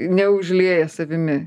neužlieja savimi